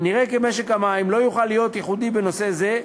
נראה כי משק המים לא יוכל להיות ייחודי בנושא זה,